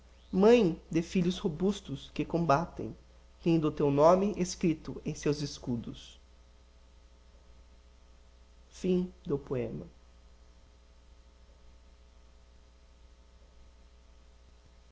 mãe de filhos robustos que combatem tendo o teu nome escrito em seus escudos homo